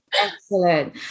Excellent